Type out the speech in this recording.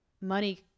money